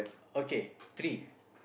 okay three